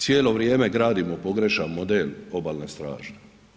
Cijelo vrijeme gradimo pogrešan model Obalne straže.